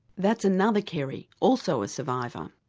that's another kerry, also a survivor.